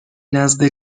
نزد